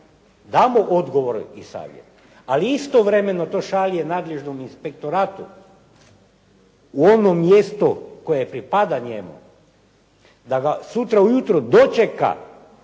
da mu odgovor i savjet, ali istovremeno to šalje nadležnom inspektoratu u ono mjesto koje pripada njemu da ga sutra ujutro dočeka